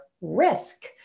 risk